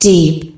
Deep